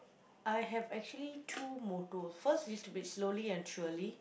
I have actually two mottos first is to be slowly and surely